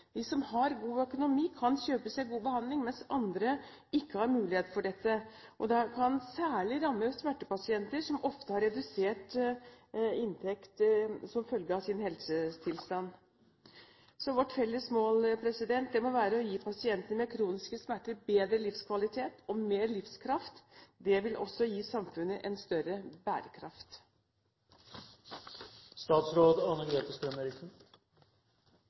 De som har god økonomi, kan kjøpe seg god behandling, mens andre ikke har mulighet for dette. Dette kan særlig ramme smertepasienter som ofte har redusert inntekt som følge av sin helsetilstand. Så vårt felles mål må være å gi pasienter med kroniske smerter bedre livskvalitet og mer livskraft. Det vil også gi samfunnet en større